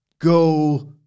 Go